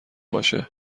باشه